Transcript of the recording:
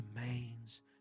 remains